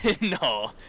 No